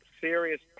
serious